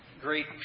great